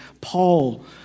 Paul